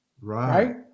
right